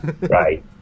Right